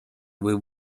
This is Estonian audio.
või